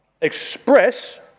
express